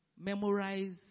memorize